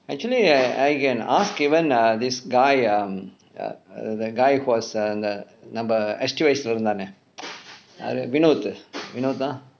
actually I I can ask even err this guy um err err the guy who was the நம்ம:namma இல்ல இருந்தான்னே அந்த:illa irunthaanne antha vinod vinod ah